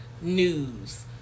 news